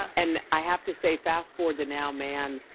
and i have to say, fast forward to now, man,